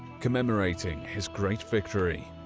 commemorating his great victory.